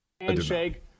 Handshake